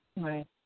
Right